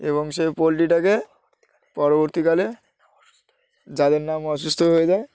এবং সেই পোলট্রিটাকে পরবর্তীকালে যাদের নাম অসুস্থ হয়ে যায়